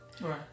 Right